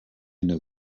know